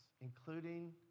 including